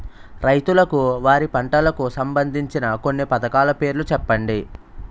రైతులకు వారి పంటలకు సంబందించిన కొన్ని పథకాల పేర్లు చెప్పండి?